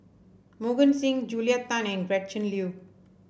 Mohan Singh Julia Tan and Gretchen Liu